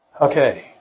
Okay